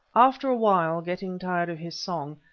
after a while, getting tired of his song,